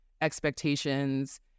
expectations